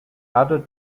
added